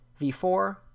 V4